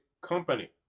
company